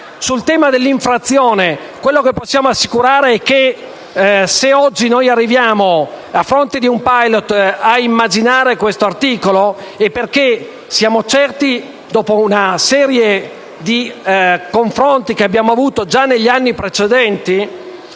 Sul tema dell'infrazione, quello che possiamo assicurare è che se oggi noi arriviamo, a fronte di un Pilot, a immaginare questo articolo, è perché siamo certi, dopo una serie di confronti che abbiamo già avuto negli anni precedenti,